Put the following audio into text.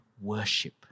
worship